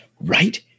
right